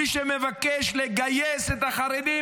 מי שמבקש לגייס את החרדים,